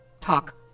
talk